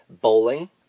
bowling